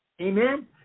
Amen